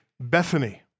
Bethany